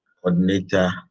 coordinator